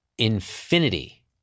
Infinity